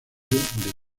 del